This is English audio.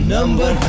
Number